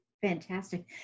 Fantastic